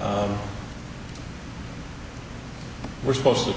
remove we're supposed to